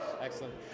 excellent